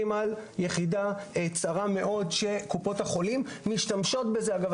על יחידה צרה מאוד שקופות החולים משתמשות בזה אגב,